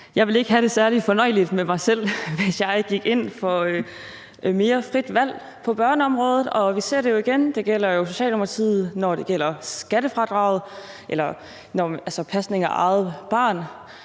Jeg ville ikke have det særlig fornøjeligt med mig selv, hvis jeg ikke gik ind for mere frit valg på børneområdet, og vi ser det jo også i forhold til Socialdemokratiet, når det gælder skattefradraget for pasning af eget barn: